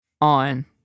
on